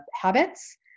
habits